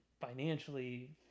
financially